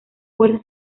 fuerza